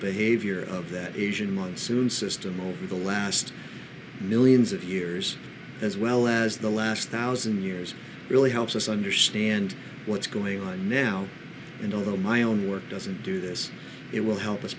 behavior of that asian month soon system over the last millions of years as well as the last hour isn't yours really helps us understand what's going on now and although my own work doesn't do this it will help us